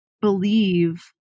believe